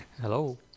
Hello